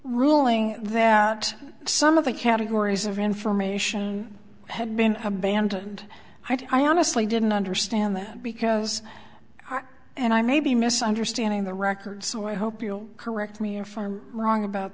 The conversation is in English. ruling that some of the categories of information had been abandoned i honestly didn't understand that because our and i may be misunderstanding the record so i hope you'll correct me if i'm wrong about